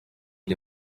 the